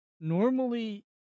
normally